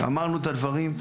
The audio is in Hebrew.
ואמרנו את הדברים.